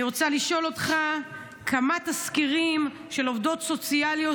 אני רוצה לשאול אותך: כמה תסקירים של עובדות סוציאליות